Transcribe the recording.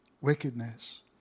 wickedness